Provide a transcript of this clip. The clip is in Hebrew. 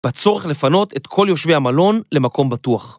בצורך לפנות את כל יושבי המלון למקום בטוח.